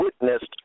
witnessed